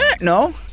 no